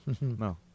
No